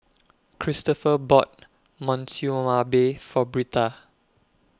Christoper bought Monsunabe For Britta